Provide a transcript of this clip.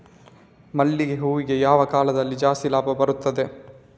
ಮಲ್ಲಿಗೆ ಹೂವಿಗೆ ಯಾವ ಕಾಲದಲ್ಲಿ ಜಾಸ್ತಿ ಲಾಭ ಬರುತ್ತದೆ?